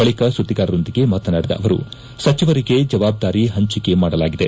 ಬಳಿಕ ಸುದ್ಧಿಗಾರರೊಂದಿಗೆ ಮಾತನಾಡಿದ ಅವರು ಸಚಿವರಿಗೆ ಜವಾಬ್ದಾರಿ ಹಂಚಿಕೆ ಮಾಡಲಾಗಿದೆ